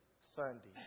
Sunday